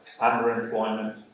underemployment